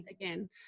again